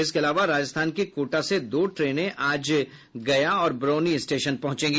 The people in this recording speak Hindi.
इसके अलावा राजस्थान के कोटा से दो ट्रेने आज गया और बरौनी स्टेशन पहुंचेगी